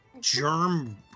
germ